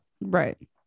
right